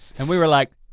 and we were like